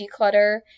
declutter